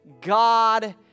God